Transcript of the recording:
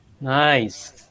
Nice